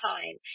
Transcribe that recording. Time